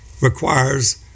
requires